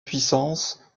puissance